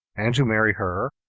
and to marry her,